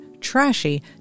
TRASHY